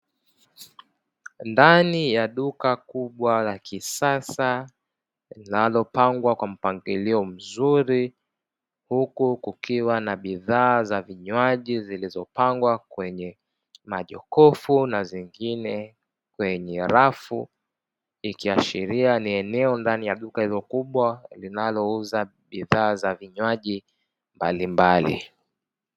Ndani ya duka kubwa la kisasa linalopangwa kwa mpangilio mzuri huku kukiwa na bidhaa za vinywaji zilizopangwa kwenye majokofu na zingine kwenye rafu ikiashiria ni eneo ndani ya duka hilo kubwa linalouza bidhaa za vinywaji mbalimbali.